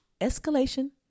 Escalation